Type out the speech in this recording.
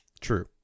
True